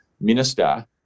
minister